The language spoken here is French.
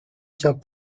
tient